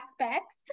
aspects